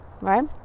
right